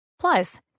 Plus